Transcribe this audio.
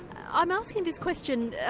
i'm asking this question,